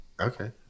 Okay